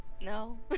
No